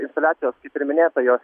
instaliacijos kaip ir minėta jos